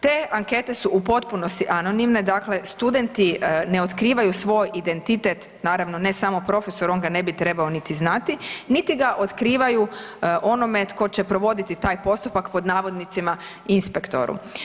Te ankete su u potpunosti anonimne, dakle, studenti ne otkrivaju svoj identitet, naravno ne samo profesor, on ga ne bi trebao niti znati, niti ga otkrivaju onome tko će provoditi taj postupak, pod navodnicima, inspektoru.